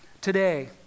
Today